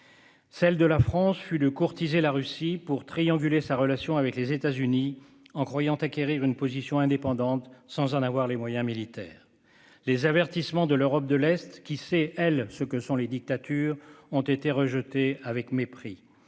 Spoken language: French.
Celle de la France fut de courtiser la Russie pour trianguler sa relation avec les États-Unis, en croyant acquérir une position indépendante sans en avoir les moyens militaires. Les avertissements de l'Europe de l'Est, qui sait- elle -ce que sont les dictatures, ont été rejetés avec mépris.